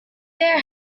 their